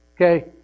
Okay